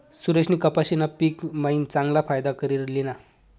सुरेशनी कपाशीना पिक मायीन चांगला फायदा करी ल्हिना